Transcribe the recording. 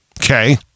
Okay